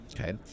Okay